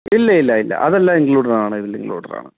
ഇല്ല ഇല്ല ഇല്ല അതെല്ലാം ഇൻക്ലൂഡഡാണ് ഇതിലിൻക്ലൂഡഡാണ്